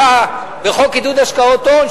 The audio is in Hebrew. היה בחוק עידוד השקעות הון,